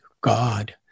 God